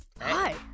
Hi